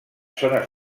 zones